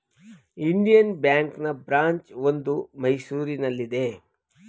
Indian ಬ್ಯಾಂಕ್ನ branch ಒಂದು ಮೈಸೂರಲ್ಲಿದೆ